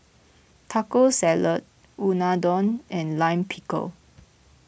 Taco Salad Unadon and Lime Pickle